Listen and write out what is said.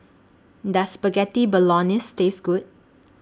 Does Spaghetti Bolognese Taste Good